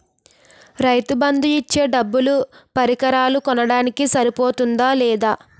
రైతు బందు ఇచ్చే డబ్బులు పరికరాలు కొనడానికి సరిపోతుందా లేదా?